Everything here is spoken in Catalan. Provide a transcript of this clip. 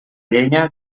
llenya